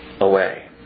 away